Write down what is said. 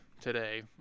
today –